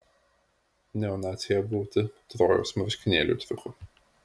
neonaciai apgauti trojos marškinėlių triuku